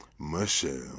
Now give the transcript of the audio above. Michelle